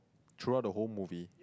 throughout the whole movie